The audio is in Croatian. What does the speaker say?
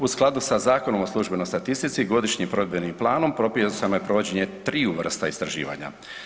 U skladu sa Zakonom o službenoj statistici i godišnjim provedbenim planom propisano je provođenje triju vrsta istraživanja.